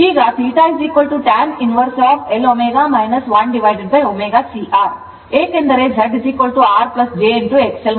ಈಗ θ tan inverse L ω 1ω C R ಏಕೆಂದರೆ Z R j ಆಗಿದೆ